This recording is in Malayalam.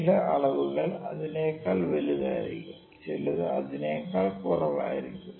ചില അളവുകൾ അതിനേക്കാൾ വലുതായിരിക്കും ചിലത് അതിനേക്കാൾ കുറവായിരിക്കും